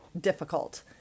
difficult